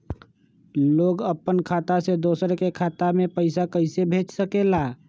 लोग अपन खाता से दोसर के खाता में पैसा कइसे भेज सकेला?